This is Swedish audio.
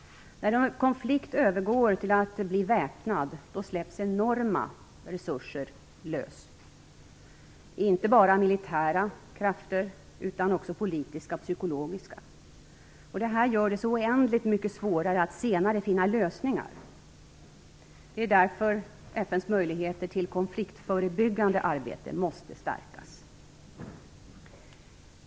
När en konflikt övergår till att bli väpnad släpps enorma krafter lösa - inte bara militära utan också politiska och psykologiska. Detta gör det så oändligt mycket svårare att senare finna lösningar. Det är därför FN:s möjligheter till konfliktförebyggande arbete måste stärkas.